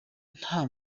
nta